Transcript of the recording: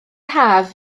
haf